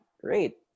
great